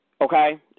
okay